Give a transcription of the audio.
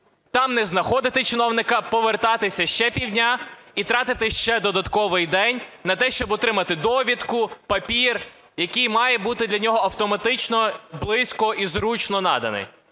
там не знаходити чиновника, повертатися ще півдня і тратити ще додатковий день на те, щоб отримати довідку, папір, який має бути для нього автоматично близько і зручно наданий.